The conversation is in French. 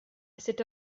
cette